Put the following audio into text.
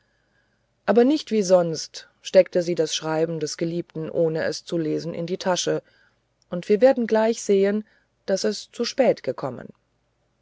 aber nicht wie sonst steckte sie das schreiben des geliebten ohne es zu lesen in die tasche und wir werden gleich sehen daß es zu spät gekommen